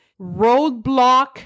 roadblock